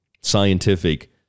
Scientific